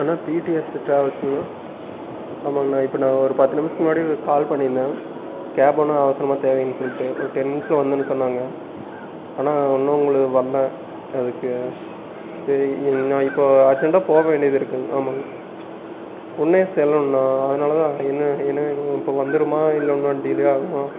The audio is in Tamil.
அண்ணா பிடிஎஸ் ட்ராவேல்ஸ்ணா ஆமாங்கண்ணா இப்போ நான் ஒரு பத்து நிமிடத்துக்கு முன்னாடி ஒரு கால் பண்ணியிருந்தேன் கேப் ஒன்று அவசரமாக தேவைன்னு சொல்லிட்டு ஒரு டென் மினிட்ஸ்ல வந்தனு சொன்னாங்கள் ஆனால் இன்னும் உங்களை வரல்ல அதுக்கு சரி நான் இப்போ அர்ஜெண்டாக போக வேண்டியது இருக்குங்க ஆமாங்க உடன்னே செல்லணும்னா அதனால்தா என்ன இப்போ வந்துடுமா இல்லை இன்னும் டிலே ஆகுமா